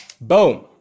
Boom